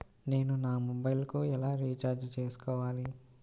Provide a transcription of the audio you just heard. నేను నా మొబైల్కు ఎలా రీఛార్జ్ చేసుకోవాలి?